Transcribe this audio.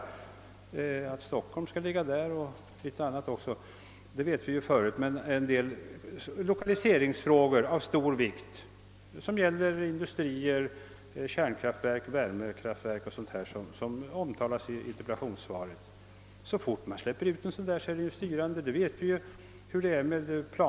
Var huvudstaden och andra större komponenter i bilden skall ligga vet vi ju redan, men när det gäller lokaliseringar av stor vikt med avseende på industrier, värmekraftverk, kärnkraftverk och annat, som omtalas i interpellationssva Tet, vet vi att en planskiss får styrande inverkan så snart den släpps ut.